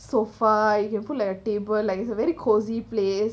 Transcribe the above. sofa you can put like a table like it's a very cosy place